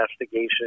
investigation